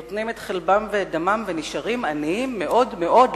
נותנים את חלבם ואת דמם ונשארים עניים מאוד מאוד,